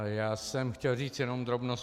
Já jsem chtěl říct jenom drobnost.